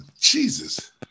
Jesus